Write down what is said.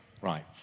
right